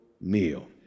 meal